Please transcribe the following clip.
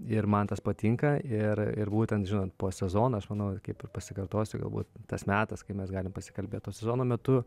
ir man tas patinka ir ir būtent žinot po sezono manau kaip ir pasikartosiu galbūt tas metas kai mes galim pasikalbėt o sezono metu